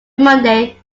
monday